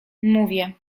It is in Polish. mówię